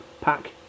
pack